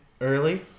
early